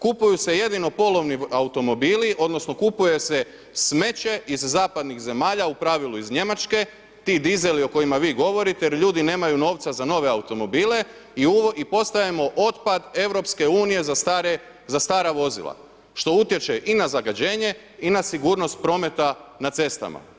Kupuju se jedino polovni automobili odnosno kupuje se smeće iz zapadnih zemalja, u pravilu iz Njemačke, ti dizeli o kojima vi govorite jer ljudi nemaju novca za nove automobile i postajemo otpad EU-a za stara vozila što utječe i na zagađenje i na sigurnost prometa na cestama.